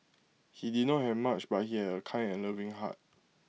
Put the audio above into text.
he did not have much but he had A kind and loving heart